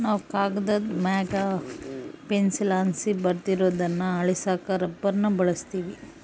ನಾವು ಕಾಗದುದ್ ಮ್ಯಾಗ ಪೆನ್ಸಿಲ್ಲಾಸಿ ಬರ್ದಿರೋದ್ನ ಅಳಿಸಾಕ ರಬ್ಬರ್ನ ಬಳುಸ್ತೀವಿ